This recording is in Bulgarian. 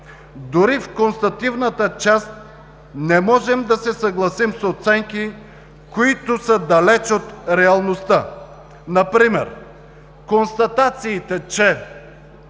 Дори в констативната част не можем да се съгласим с оценки, които са далеч от реалността. Например констатациите, че